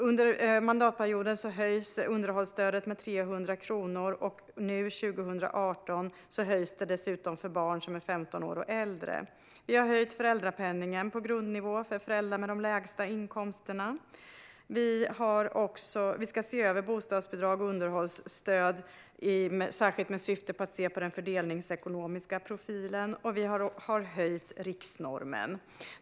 Under mandatperioden höjs underhållsstödet med 300 kronor, och nu 2018 höjs det dessutom för barn som är 15 år och äldre. Vi har höjt föräldrapenningen på grundnivå för föräldrar med de lägsta inkomsterna. Vi ska även se över bostadsbidrag och underhållsstöd med särskilt avseende på den fördelningsekonomiska profilen. Vi har dessutom höjt riksnormen.